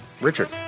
Richard